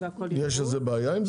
יש בעיה עם זה?